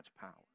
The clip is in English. power